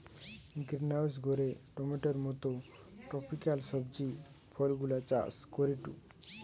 greenhouse ঘরে টমেটোর মত ট্রপিকাল সবজি ফলগুলা চাষ করিটু